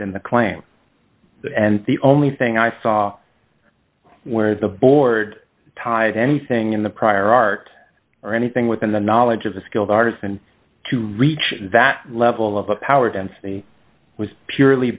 in the clan and the only thing i saw where the board tied anything in the prior art or anything within the knowledge of a skilled artist and to reach that level of a power density was purely